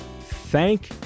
Thank